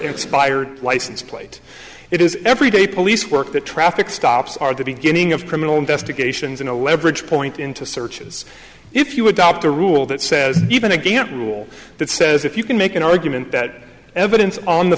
inspired license plate it is every day police work the traffic stops are the beginning of criminal investigations in a leverage point into searches if you adopt a rule that says even again a rule that says if you can make an argument that evidence on the